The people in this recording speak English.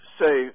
say